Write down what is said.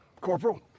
Corporal